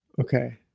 Okay